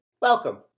Welcome